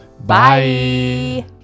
Bye